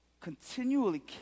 continually